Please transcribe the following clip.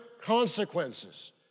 consequences